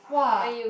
!wow!